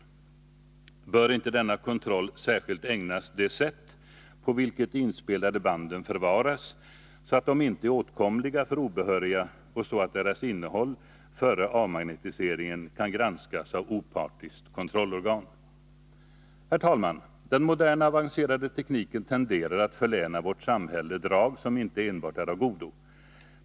Bör inte denna kontroll särskilt ägnas det sätt på vilket de inspelade banden förvaras, så att de inte är åtkomliga för obehöriga och så att deras innehåll före avmagnetiseringen kan granskas av opartiskt kontrollorgan? Herr talman! Den moderna avancerade tekniken tenderar att förläna vårt samhälle drag som inte enbart är av godo.